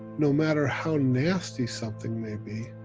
no matter how nasty something may be,